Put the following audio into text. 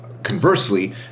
Conversely